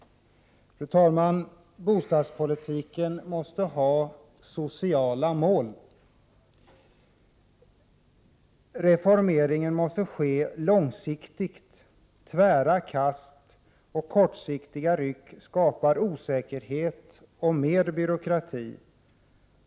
Fru talman! Bostadspolitiken måste ha sociala mål. Reformeringen måste ske långsiktigt. Tvära kast och kortsiktiga ryck skapar osäkerhet och mer byråkrati.